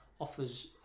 offers